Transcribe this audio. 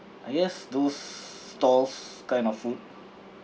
ah yes those stalls kind of food